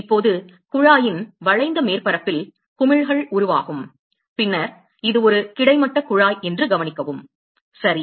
இப்போது குழாயின் வளைந்த மேற்பரப்பில் குமிழ்கள் உருவாகும் பின்னர் இது ஒரு கிடைமட்ட குழாய் என்று கவனிக்கவும் சரி